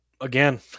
again